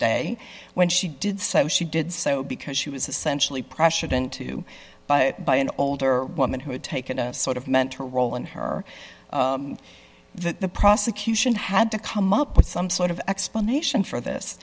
day when she did so she did so because she was essentially pressured into by an older woman who had taken a sort of mentor role in her that the prosecution had to come up with some sort of explanation for this